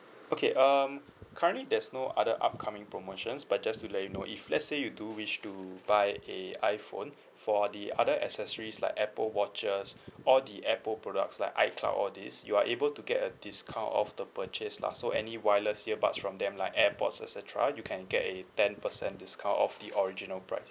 okay um currently there's no other upcoming promotions but just to let you know if let's say you do wish to buy a iphone for the other accessories like apple watches all the apple products like icloud all these you are able to get a discount of the purchase lah so any wireless earbuds from them like airpods et cetera you can get a ten percent discount off the original price